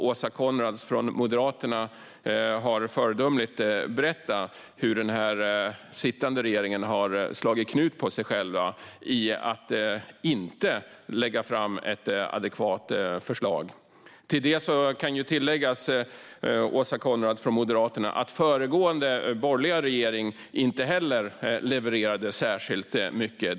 Åsa Coenraads från Moderaterna har föredömligt redovisat hur den sittande regeringen har slagit knut på sig själv för att inte lägga fram ett adekvat förslag. Till det kan läggas, Åsa Coenraads, att föregående borgerliga regering inte heller levererade särskilt mycket.